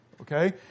Okay